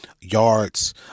yards